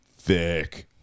Thick